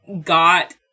got